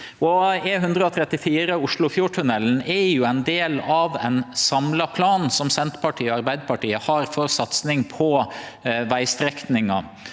E134 Oslofjordtunnelen er ein del av ein samla plan som Senterpartiet og Arbeidarpartiet har for satsing på vegstrekninga.